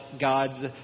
God's